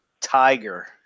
Tiger